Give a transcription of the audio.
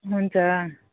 हुन्छ